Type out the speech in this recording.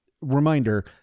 reminder